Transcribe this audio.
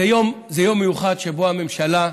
זה יום מיוחד שבו הממשלה,